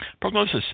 Prognosis